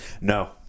No